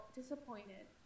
disappointed